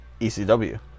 ECW